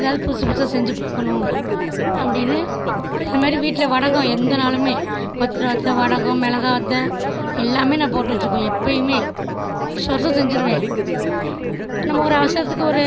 ஏதாவது புதுசு புதுசா செஞ்சு பார்க்கணும் அப்படின்னு அது மாதிரி வீட்டில் வடகம் எந்த நாளுமே கொத்தவர வத்தல் வடகம் மிளகாய் வத்தல் எல்லாமே நான் போட்டு வச்சுக்குவேன் எப்போயுமே வருஷா வருஷம் செஞ்சிடுவேன் நம்ம ஒரு அவசரத்துக்கு ஒரு